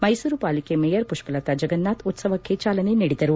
ಮೈಸೂರು ಪಾಲಿಕೆ ಮೇಯರ್ ಪುಷ್ವಲತಾ ಜಗನ್ನಾಥ್ ಉತ್ಸವಕ್ಕೆ ಚಾಲನೆ ನೀಡಿದರು